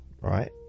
right